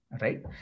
right